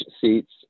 seats